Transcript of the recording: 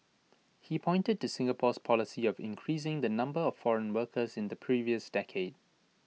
he pointed to Singapore's policy of increasing the number of foreign workers in the previous decade